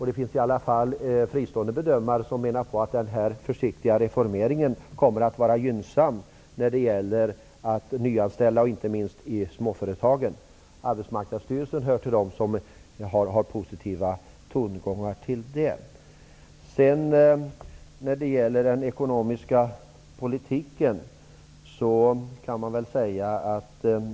Det finns i alla fall fristående bedömare som menar att den här försiktiga reformeringen kommer att vara gynnsam när det gäller att nyanställa, inte minst i småföretagen. Arbetsmarknadsstyrelsen hör till dem där det funnits positiva tongångar. Så till den ekonomiska politiken.